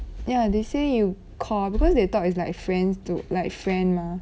ya they say you call because they thought is like friends to like friend mah